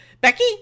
Becky